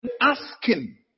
Asking